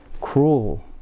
cruel